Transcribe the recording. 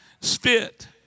spit